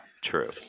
True